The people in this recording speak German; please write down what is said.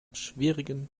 schwierigen